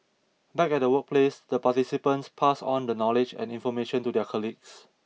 back at the workplace the participants pass on the knowledge and information to their colleagues